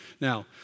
Now